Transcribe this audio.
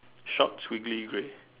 short twiggy grey